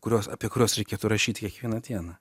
kurios apie kuriuos reikėtų rašyt kiekvieną dieną